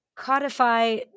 codify